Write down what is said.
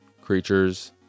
creatures